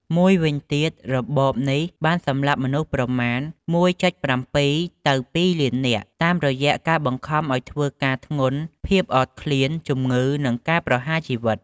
មួយវិញទៀតរបបនេះបានសម្លាប់មនុស្សប្រមាណ ១.៧ ទៅ ២ លាននាក់ តាមរយៈការបង្ខំឲ្យធ្វើការធ្ងន់ ភាពអត់ឃ្លាន ជំងឺ និងការប្រហារជីវិត។